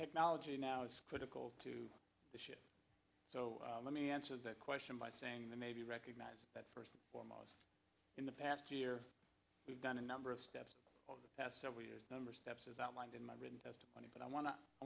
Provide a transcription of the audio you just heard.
technology now is critical to the ship so let me answer that question by saying the navy recognizes that first and foremost in the past year we've done a number of steps of the past several years number steps as outlined in my written testimony but i wan